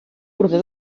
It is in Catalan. bordó